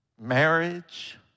Marriage